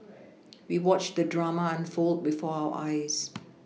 we watched the drama unfold before our eyes